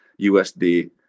usd